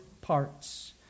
parts